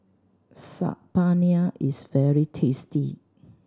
Saag Paneer is very tasty